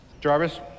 Jarvis